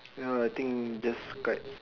ya I think just kites